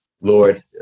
Lord